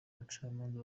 bacamanza